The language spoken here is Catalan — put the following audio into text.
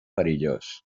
perillós